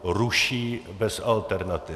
Ruší bez alternativy.